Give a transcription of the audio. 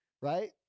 right